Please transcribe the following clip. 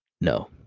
No